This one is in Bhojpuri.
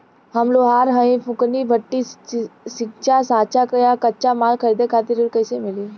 हम लोहार हईं फूंकनी भट्ठी सिंकचा सांचा आ कच्चा माल खरीदे खातिर ऋण कइसे मिली?